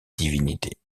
divinité